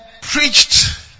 preached